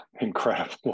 incredible